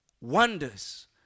wonders